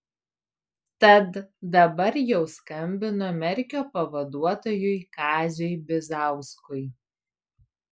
tad dabar jau skambino merkio pavaduotojui kaziui bizauskui